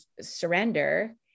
surrender